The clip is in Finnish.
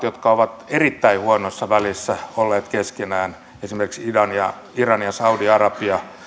jotka ovat erittäin huonoissa väleissä olleet keskenään esimerkiksi iran ja saudi arabia